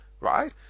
right